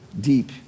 deep